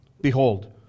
Behold